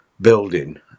building